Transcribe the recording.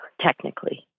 technically